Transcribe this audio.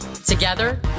Together